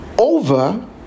over